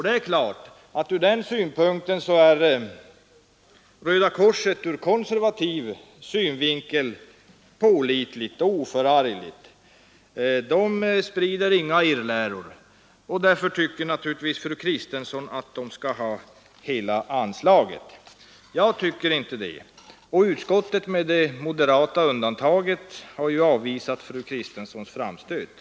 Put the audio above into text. Det är klart att Röda korset ur konservativ synvinkel är pålitligt och oförargligt. Den organisationen sprider inga irrläror. Därför tycker naturligtvis fru Kristensson att den skall ha hela anslaget. Jag tycker inte Nr 54 det, och utskottet har med det moderata undantaget avvisat fru Onsdagen den Kristenssons framstöt.